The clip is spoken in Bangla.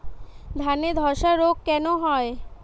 ধানে ধসা রোগ কেন হয়?